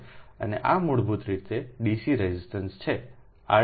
અને આ મૂળભૂત રીતે ડીસી રેઝિસ્ટન્સ છે Rdc la